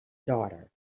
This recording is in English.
daughter